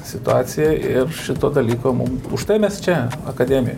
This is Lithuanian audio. situacija ir šito dalyko mum užtai mes čia akademijoj